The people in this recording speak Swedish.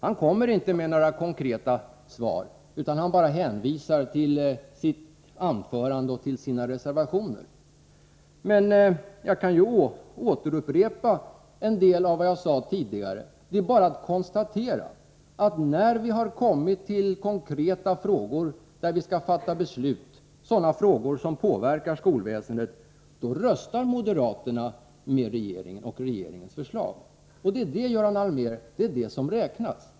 Han lämnar inte några konkreta svar, utan han hänvisar bara till sitt anförande och till sina reservationer. Men jag kan återupprepa en del av det jag sade tidigare: Det är bara att konstatera att när vi skall fatta beslut i konkreta frågor, sådana frågor som påverkar skolväsendet, då röstar moderaterna med regeringen och för regeringens förslag. Det är detta som räknas, Göran Allmér.